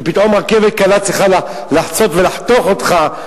ופתאום רכבת קלה צריכה לחצות ולחתוך אותך,